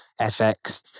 FX